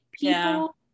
people